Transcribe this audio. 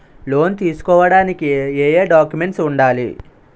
Loan తీసుకోడానికి ఏయే documents వుండాలి?